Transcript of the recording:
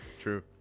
True